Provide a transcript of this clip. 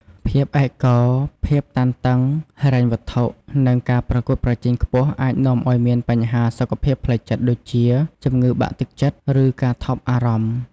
ភាពឯកកោ ភាពតានតឹងហិរញ្ញវត្ថុ និងការប្រកួតប្រជែងខ្ពស់ អាចនាំឱ្យមានបញ្ហាសុខភាពផ្លូវចិត្តដូចជា ជំងឺបាក់ទឹកចិត្ត ឬការថប់អារម្មណ៍។